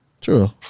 True